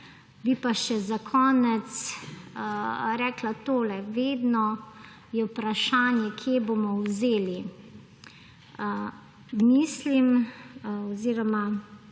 Bi pa še za konec rekla tole. Vedno je vprašanje, kje bomo vzeli. Mene in pa